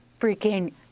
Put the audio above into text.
freaking